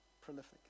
prolific